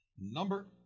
number